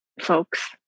folks